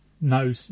no